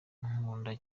nkunda